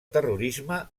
terrorisme